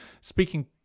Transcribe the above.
Speaking